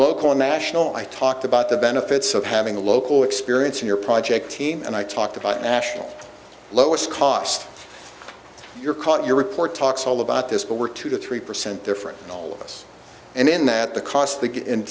and national i talked about the benefits of having a local experience in your project team and i talked about national lowest cost you're caught your report talks all about this but we're two to three percent different in all of us and in that the cost the